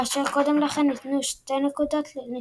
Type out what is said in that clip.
כאשר קודם לכן ניתנו שתי נקודות לניצחון.